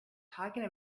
talking